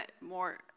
more